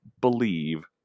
believe